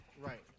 Right